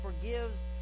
forgives